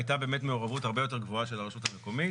הייתה מעורבות הרבה יותר גבוהה של הרשות המקומית.